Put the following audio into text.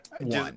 one